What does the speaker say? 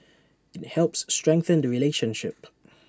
IT helps strengthen the relationship